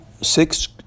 six